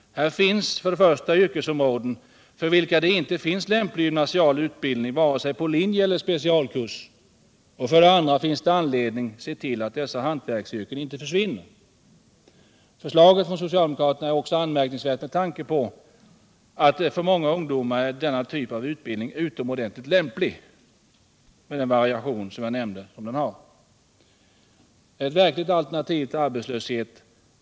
För det första finns det här yrkesområden för vilka det inte finns lämplig gymnasial utbildning vare sig på linje eller i specialkurs. För det andra finns det anledning se till, att dessa hantverksyrken inte försvinner. Förslaget från socialdemokraterna är också anmärkningsvärt med tanke på att för många ungdomar är denna typ av utbildning utomordentligt lämplig med, som jag nämnde, den variation den har. Den är ett verkligt alternativ till arbetslöshet.